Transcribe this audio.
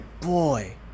boy